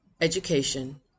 education